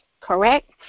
Correct